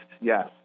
Yes